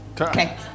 Okay